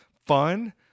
fun